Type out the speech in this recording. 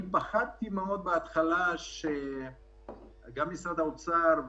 אני בהתחלה פחדתי מאוד שההתמודדות במשרד האוצר,